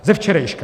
Ze včerejška.